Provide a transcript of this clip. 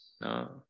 no